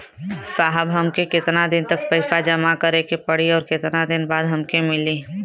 साहब हमके कितना दिन तक पैसा जमा करे के पड़ी और कितना दिन बाद हमके मिली?